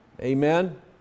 amen